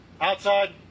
outside